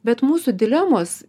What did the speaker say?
bet mūsų dilemos